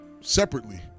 Separately